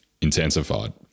intensified